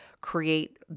create